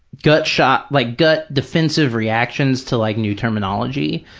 gut-shot, like gut defensive reactions to like new terminology,